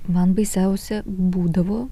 man baisiausia būdavo